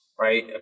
Right